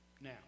Now